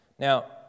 Now